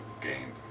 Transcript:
gained